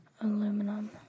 Aluminum